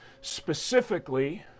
specifically